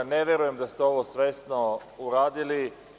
Ne verujem da ste ovo svesno uradili.